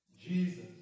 Jesus